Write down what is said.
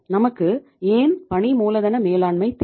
நமக்கு ஏன் பணி மூலதன மேலாண்மை தேவை